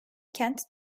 kent